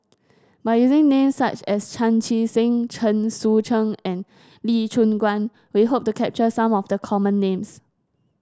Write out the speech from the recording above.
by using names such as Chan Chee Seng Chen Sucheng and Lee Choon Guan we hope to capture some of the common names